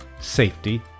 safety